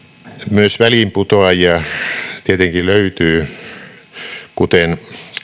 myös väliinputoajia tietenkin löytyy kuten